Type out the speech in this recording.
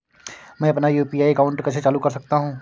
मैं अपना UPI account कैसे चालू कर सकता हूँ?